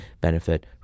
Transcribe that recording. benefit